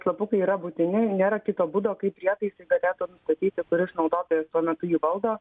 slapukai yra būtini nėra kito būdo kaip prietaisai galėtų nustatyti kuris naudotojas tuo metu ji valdo